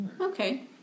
Okay